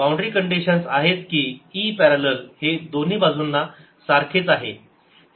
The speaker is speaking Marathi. बाउंड्री कंडिशन्स आहेत की e पॅरलल हे दोन्ही बाजूंना सारखेच आहेत